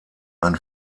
ein